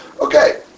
Okay